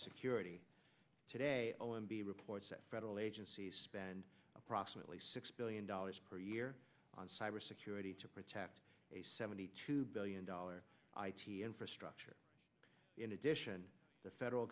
cybersecurity today o m b reports that federal agencies spend approximately six billion dollars per year on cyber security to protect a seventy two billion dollars infrastructure in addition the federal